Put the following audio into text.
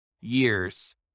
years